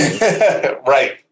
right